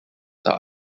are